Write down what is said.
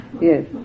Yes